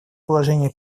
положения